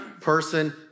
person